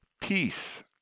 Peace